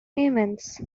omens